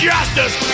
Justice